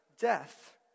death